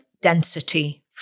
density